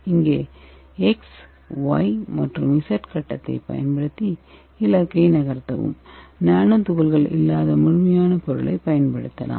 இங்கே X Y மற்றும் Z கட்டத்தைப் பயன்படுத்தி இலக்கை நகர்த்தவும் நானோ துகள்கள் இல்லாத முழுமையான பொருளை பயன்படுத்தலாம்